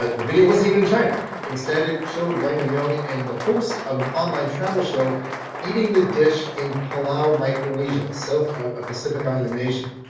ah the video wasn't even in china instead it showed weyman young and the host of an online travel show eating the dish in palau micronesia, south pacific island nation.